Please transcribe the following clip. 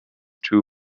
true